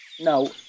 No